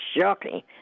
Shocking